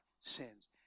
sins